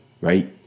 right